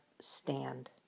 stand